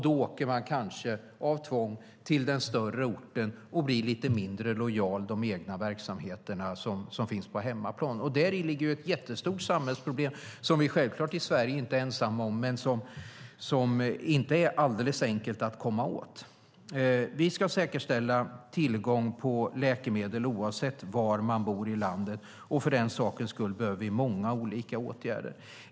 Då åker de kanske av tvång till den större orten och blir lite mindre lojal mot de egna verksamheter som finns på hemmaplan. Däri ligger ett jättestort samhällsproblem som vi självfallet inte är ensamma om i Sverige, men som inte är alldeles enkelt att komma åt. Vi ska säkerställa tillgång på läkemedel oavsett var man bor i landet, och för den sakens skull behöver vi många olika åtgärder.